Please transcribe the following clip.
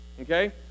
okay